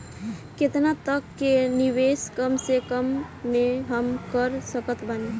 केतना तक के निवेश कम से कम मे हम कर सकत बानी?